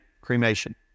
cremation